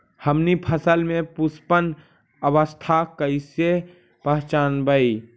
हमनी फसल में पुष्पन अवस्था कईसे पहचनबई?